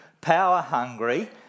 power-hungry